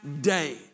day